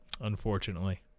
unfortunately